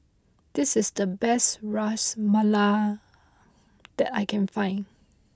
this is the best Ras Malai that I can find